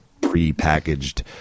pre-packaged